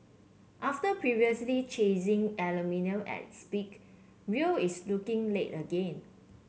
after previously chasing aluminium at its peak Rio is looking late again